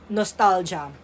nostalgia